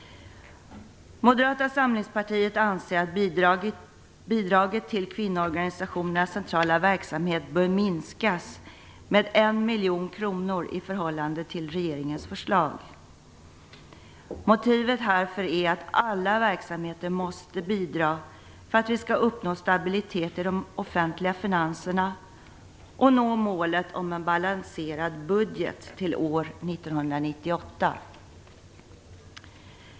Moderata samlingspartiet anser att bidraget till kvinnoorganisationernas centrala verksamhet bör minskas med 1 miljon kronor i förhållande till regeringens förslag. Motivet härför är att alla verksamheter måste bidra för att vi skall uppnå stabilitet i de offentliga finanserna och nå målet om en balanserad budget till år 1998.